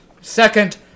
Second